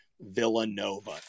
Villanova